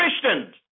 Christians